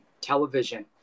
television